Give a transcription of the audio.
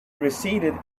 receded